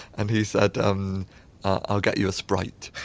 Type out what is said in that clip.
and he said um i'll get you a sprite.